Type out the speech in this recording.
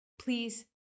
Please